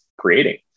creating